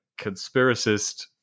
conspiracist